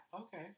Okay